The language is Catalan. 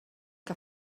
que